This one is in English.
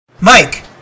Mike